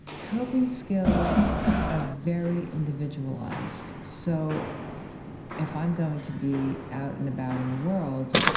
coping skills are very individualised. so if i'm going to be out and about in the world,